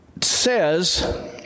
says